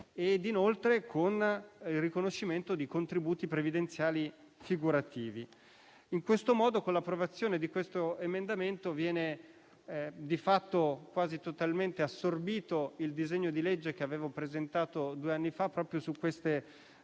imponibile e con il riconoscimento di contributi previdenziali figurativi. In questo modo, con l'approvazione di questo emendamento, viene di fatto quasi totalmente assorbito il disegno di legge che avevo presentato due anni fa proprio su queste